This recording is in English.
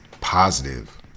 Positive